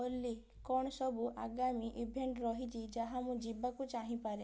ଓଲି କ'ଣ ସବୁ ଆଗାମୀ ଇଭେଣ୍ଟ ରହିଛି ଯାହା ମୁଁ ଯିବାକୁ ଚାହିଁପାରେ